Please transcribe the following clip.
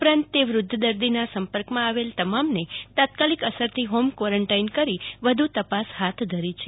ઉપરાંત તે વૃદ્ધ દર્દીના સંપર્કમાં આવેલ તમામને તાત્કાલિક અસરથી હોમ ક્વોરોનટાઈન કરી વધુ તપાસ હાથ ધરી છે